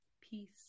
peace